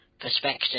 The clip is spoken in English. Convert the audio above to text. perspective